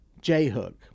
J-hook